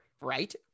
right